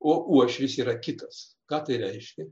o uošvis yra kitas ką tai reiškia